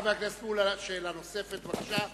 חבר הכנסת מולה, שאלה נוספת, בבקשה.